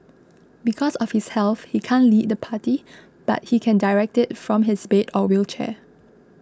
because of his health he can't lead the party but he can direct it from his bed or wheelchair